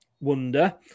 wonder